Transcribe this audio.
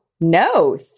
no